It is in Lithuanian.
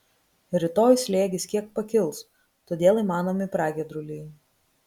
rytoj slėgis kiek pakils todėl įmanomi pragiedruliai